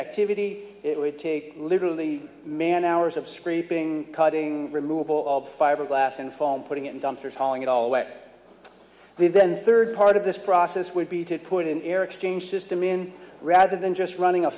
activity it would take literally man hours of screaming cutting removal of fiberglass and foam putting it in dumpsters hauling it all away leave then third part of this process would be to put in air exchange system in rather than just running a